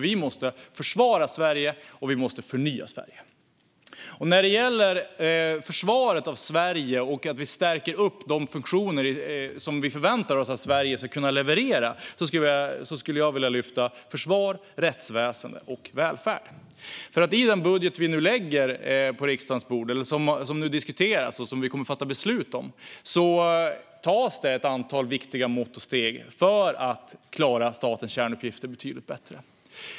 Vi måste försvara Sverige, och vi måste förnya Sverige. När det gäller försvaret av Sverige och att vi stärker de funktioner som vi förväntar oss att Sverige ska kunna leverera skulle jag vilja lyfta fram försvar, rättsväsen och välfärd. I den budget som nu diskuteras och som vi kommer att fatta beslut om vidtas ett antal viktiga mått och steg för att klara statens kärnuppgifter betydligt bättre.